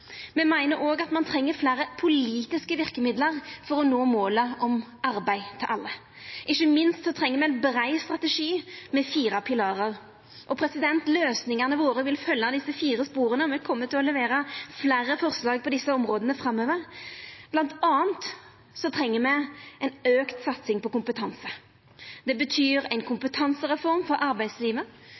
Me meiner òg at ein treng fleire politiske verkemiddel for å nå målet om arbeid til alle. Ikkje minst treng me ein brei strategi, med fire pilarar. Løysingane våre vil følgja desse fire spora. Me kjem til å levera fleire forslag på desse områda framover. Blant anna treng me ei auka satsing på kompetanse. Det betyr ein kompetansereform for arbeidslivet.